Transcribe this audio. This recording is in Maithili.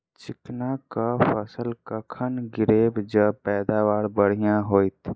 चिकना कऽ फसल कखन गिरैब जँ पैदावार बढ़िया होइत?